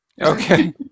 Okay